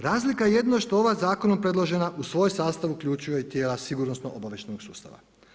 Razlika je jedino što ova zakonom predložena u svoj sastav uključuje i tijela sigurnosno-obavještajnog sustava.